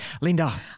Linda